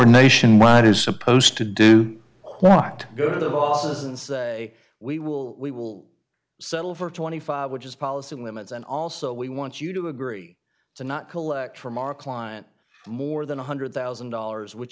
nationwide is supposed to do what go to the office and say we will we will settle for twenty five dollars which is policy limits and also we want you to agree to not collect from our client more than one hundred thousand dollars which